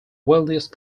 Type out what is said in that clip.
wealthiest